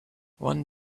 one